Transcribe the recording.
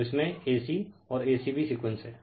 तो इसमे a c और a c b सीक्वेंस हैं